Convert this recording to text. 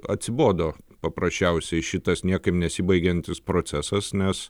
atsibodo paprasčiausiai šitas niekaip nesibaigiantis procesas nes